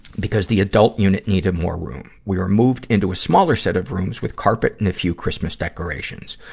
because the adult unit needed more room. we were moved into a smaller set of rooms with carpet and a few christmas decorations.